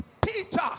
Peter